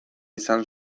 izan